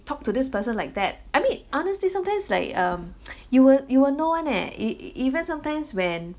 talk to this person like that I mean honestly sometimes like um you will you will know eh e~ e~ even sometimes when